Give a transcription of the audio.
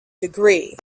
degree